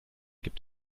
gibt